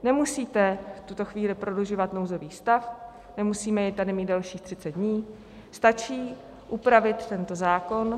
Nemusíte v tuto chvíli prodlužovat nouzový stav, nemusíme jej tady mít dalších 30 dní, stačí upravit tento zákon.